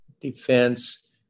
defense